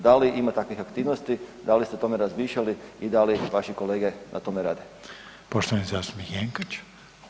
Da li ima takvih aktivnosti, da li ste o tome razmišljali i da li vaši kolege na tome rade?